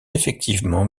effectivement